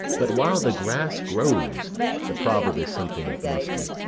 but while the grass grows' the proverb is something musty.